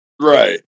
Right